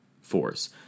force